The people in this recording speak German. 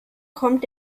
kommt